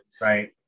right